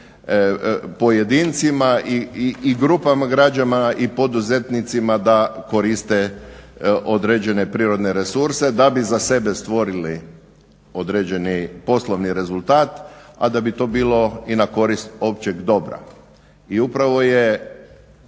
pojedincima i grupama građana i poduzetnicima da koriste određene prirodne resurse da bi za sebe stvorili određeni poslovni rezultat, a da bi to bilo i na korist općeg dobra. I upravo je